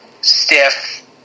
stiff